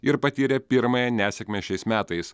ir patyrė pirmąją nesėkmę šiais metais